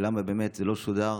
למה באמת מלוא הקטע לא שודר